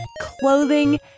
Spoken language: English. clothing